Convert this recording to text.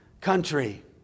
country